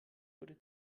wurde